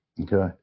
Okay